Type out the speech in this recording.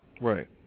Right